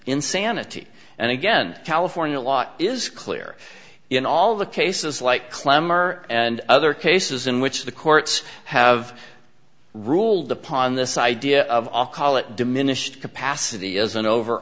insanity and again california law is clear in all the cases like clamor and other cases in which the courts have ruled upon this idea of all college diminished capacity as an over